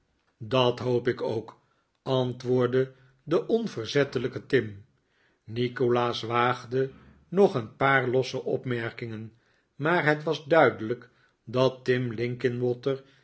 dat hoop ik ook antwoordde de onverzettelijke tim nikolaas waagde nog een paar losse opmerkingen maar het was duidelijk dat tim linkinwater